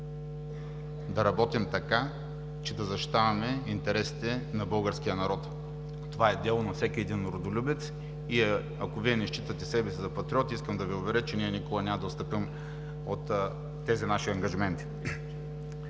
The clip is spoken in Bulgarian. да работим така, че да защитаваме интересите на българския народ. Това е дело на всеки родолюбец. Ако Вие не считате себе си за патриот, искам да Ви уверя, че ние никога няма да отстъпим от тези наши ангажименти.